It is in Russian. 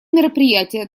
мероприятия